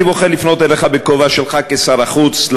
אני בוחר לפנות אליך בכובע שלך כשר החוץ,